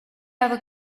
other